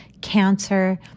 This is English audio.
cancer